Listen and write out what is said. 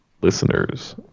listeners